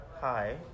Hi